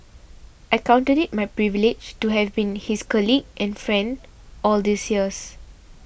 I counted it my privilege to have been his colleague and friend all these years